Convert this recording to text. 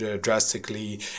drastically